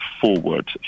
forward